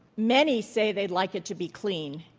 many say they'd like it to be clean,